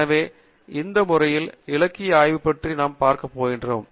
எனவே இந்த முறையில் இலக்கிய ஆய்வு பற்றி நாம் பார்க்கப் போகிறோம்